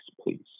please